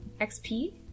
XP